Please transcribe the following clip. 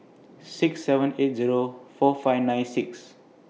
six seven eight Zero four five nine six